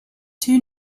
two